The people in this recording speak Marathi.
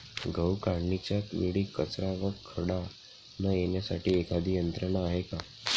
गहू काढणीच्या वेळी कचरा व खडा न येण्यासाठी एखादी यंत्रणा आहे का?